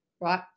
right